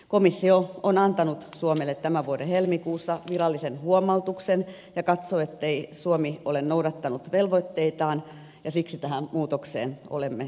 komissio on antanut suomelle tämän vuoden helmikuussa virallisen huomautuksen ja katsoo ettei suomi ole noudattanut velvoitteitaan ja siksi tähän muutokseen olemme ryhtyneet